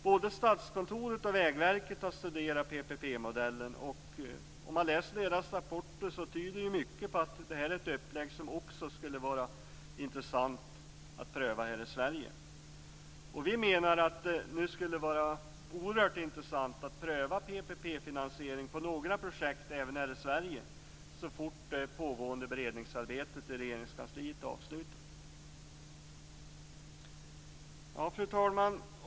Både Statskontoret och Vägverket har studerat PPP-modellen. Om man läser deras rapporter tyder mycket på att det här är ett upplägg som det också skulle vara intressant att pröva här i Sverige. Vi menar att det nu skulle vara oerhört intressant att pröva PPP-finansiering på några projekt även här i Sverige så fort det pågående beredningsarbetet i Regeringskansliet är avslutat. Fru talman!